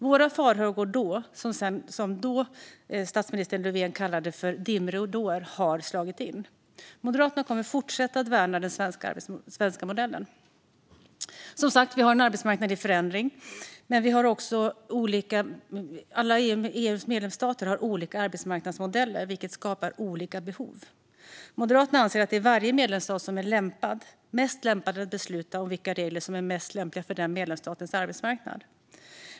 De farhågor vi hade kallade statsminister Stefan Löfven dimridåer, men de har nu slagit in. Moderaterna kommer att fortsätta värna den svenska modellen. Vi har som sagt en arbetsmarknad i förändring, men EU:s alla medlemsstater har också olika arbetsmarknadsmodeller, vilket skapar olika behov. Moderaterna anser att det är varje medlemsstat som är mest lämpad att besluta vilka regler som är mest lämpliga för den medlemsstatens arbetsmarknad.